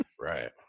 right